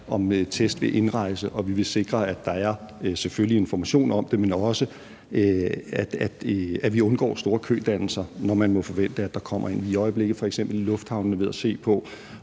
om test ved indrejse, og vi vil sikre, at der selvfølgelig er information om det, men også, at vi undgår store kødannelser, når vi må forvente, at der kommer indrejsende. I øjeblikket er de i lufthavnene f.eks. ved at se på,